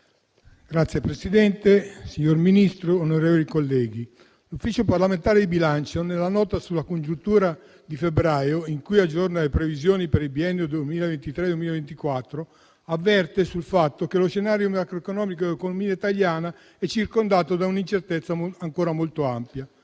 e delle finanze* - Premesso che: l'Ufficio parlamentare di bilancio nella nota sulla congiuntura di febbraio, in cui aggiorna le previsioni per il biennio 2023-2024, avverte che lo scenario macroeconomico dell'economia italiana è "circondato da un'incertezza ancora molto ampia";